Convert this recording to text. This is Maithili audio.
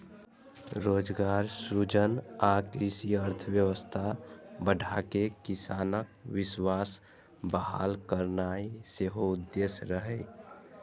रोजगार सृजन आ कृषि अर्थव्यवस्था बढ़ाके किसानक विश्वास बहाल करनाय सेहो उद्देश्य रहै